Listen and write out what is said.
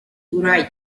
wright